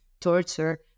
torture